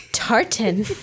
Tartan